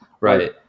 Right